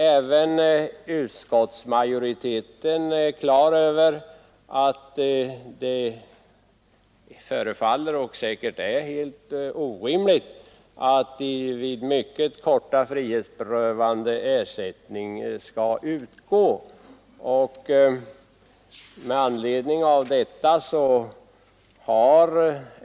Också utskottsmajoriteten är klar över att det vore orimligt att ersättning skulle utgå vid mycket korta frihetsberövanden.